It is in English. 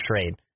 trade